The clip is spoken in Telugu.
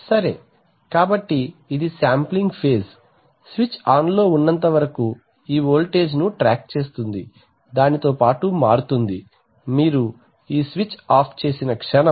సరే కాబట్టి ఇది శాంప్లింగ్ ఫేజ్ స్విచ్ ఆన్ లో ఉన్నంతవరకు ఈ వోల్టేజ్ను ట్రాక్ చేస్తుంది దానితో పాటు మారుతుంది మీరు ఈ స్విచ్ ఆఫ్ చేసిన క్షణం